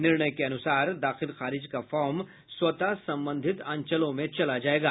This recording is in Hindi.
निर्णय के अनुसार दाखिल खारिज का फार्म स्वतः संबंधित अंचलों में चला जायेगा